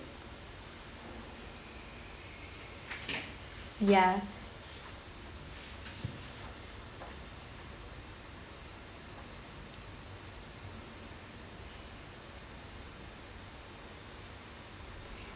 ya